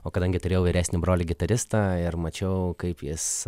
o kadangi turėjau vyresnį brolį gitaristą ir mačiau kaip jis